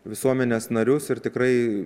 visuomenės narius ir tikrai